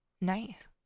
Nice